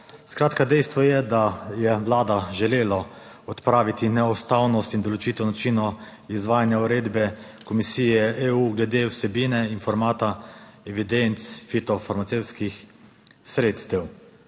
zakona. Dejstvo je, da je vlada želela odpraviti neustavnost in določitev načina izvajanja uredbe Komisije EU glede vsebine in formata evidenc fitofarmacevtskih sredstev.